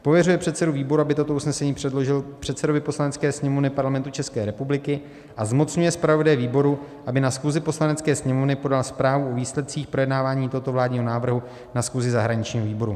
Pověřuje předsedu výboru, aby toto usnesení předložil předsedovi Poslanecké sněmovny Parlamentu ČR, a zmocňuje zpravodaje výboru, aby na schůzi Poslanecké sněmovny podal zprávu o výsledcích projednávání tohoto vládního návrhu na schůzi zahraničního výboru.